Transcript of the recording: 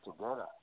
together